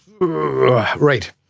right